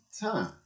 time